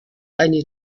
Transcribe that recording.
eine